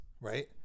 right